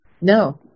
no